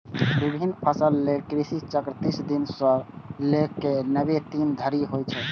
विभिन्न फसल लेल कृषि चक्र तीस दिन सं लए कए नब्बे दिन धरि होइ छै